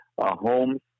homes